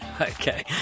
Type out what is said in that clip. Okay